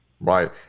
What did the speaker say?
Right